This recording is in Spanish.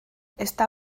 está